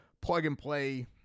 plug-and-play